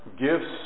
gifts